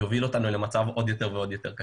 יוביל אותנו למצב עוד יותר קשה.